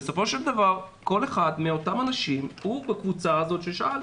בסופו של דבר כל אחד מאותם אנשים הוא בקבוצה הזו ששאלת,